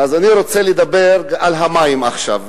אז אני רוצה לדבר על המים עכשיו,